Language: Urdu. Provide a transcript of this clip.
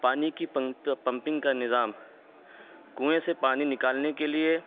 پانی کی پمپنگ کا نظام کنوئیں سے پانی نکالنے کے لیے